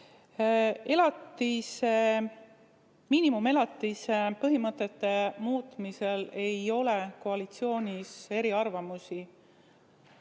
palun! Miinimumelatise põhimõtete muutmisel ei ole koalitsioonis eriarvamusi.